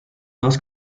dos